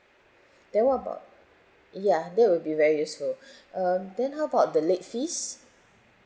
then what about ya that will be very useful um then how about the late fees